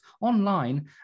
online